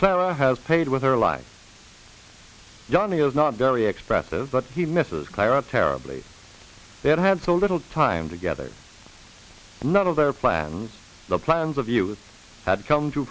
clara has paid with her life johnny is not very expressive but he misses clara terribly they've had so little time together none of their plans the plans of youth had come to